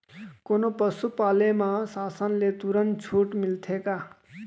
कोनो पसु पाले म शासन ले तुरंत छूट मिलथे का?